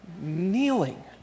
Kneeling